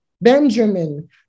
Benjamin